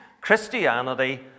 Christianity